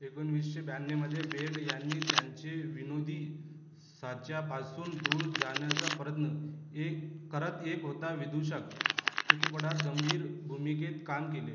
एकोणविसशे ब्याण्णवमध्ये बेड यांनी त्यांचे विनोदी साच्यापासून दूर जाण्याचा प्रयत्न एक करत एक होता विदूषक चित्रपटात गंभीर भूमिकेत काम केले